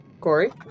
Corey